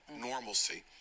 normalcy